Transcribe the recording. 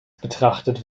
betrachtet